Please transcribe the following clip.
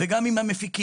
וגם עם המפיקים.